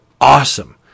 awesome